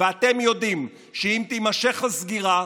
ואתם יודעים שאם תימשך הסגירה,